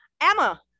Emma